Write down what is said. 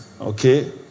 okay